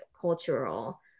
cultural